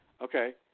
Okay